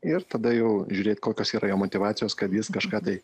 ir tada jau žiūrėt kokios yra jo motyvacijos kad jis kažką tai